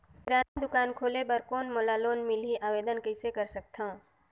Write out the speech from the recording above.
किराना दुकान खोले बर कौन मोला लोन मिलही? आवेदन कइसे कर सकथव?